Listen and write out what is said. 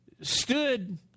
stood